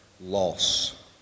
loss